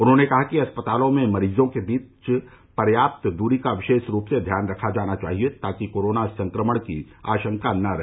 उन्होंने कहा कि अस्पतालों में मरीजों के बीच पर्याप्त दूरी का विशेष रूप से ध्यान रखा जाना चाहिए ताकि कोरोना संक्रमण की आशंका न रहे